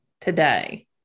today